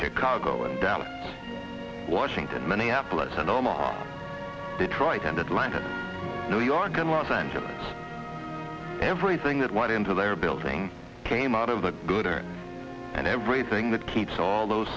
chicago and dallas washington minneapolis and omaha detroit and atlanta new york and los angeles everything that went into their building came out of the good earth and everything that keeps all those